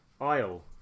aisle